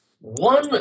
one